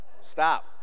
Stop